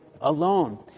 alone